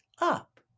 up